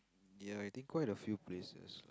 ya I think quite a few places